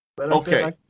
Okay